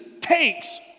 takes